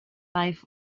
i’ve